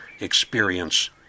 experience